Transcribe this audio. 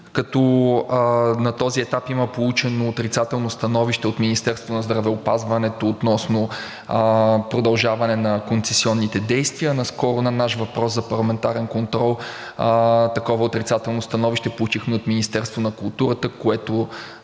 като на този етап има получено отрицателно становище от Министерството на здравеопазването относно продължаване на концесионните действия. Наскоро на наш въпрос за парламентарен контрол такова отрицателно становище получихме и от Министерството на културата, което